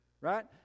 right